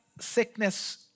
sickness